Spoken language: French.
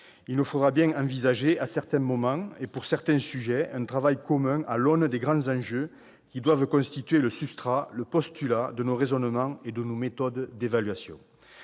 Il nous faudra bien envisager, à certains moments et sur certains sujets, d'entreprendre un travail commun, à l'aune des grands enjeux devant constituer le substrat, le postulat de nos raisonnements et de nos méthodes d'évaluation.